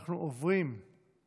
אנחנו עוברים במעבר